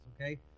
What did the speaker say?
okay